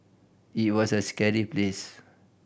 it was a scary place